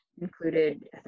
included